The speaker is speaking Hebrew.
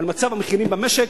על מצב המחירים במשק,